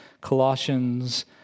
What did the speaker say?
Colossians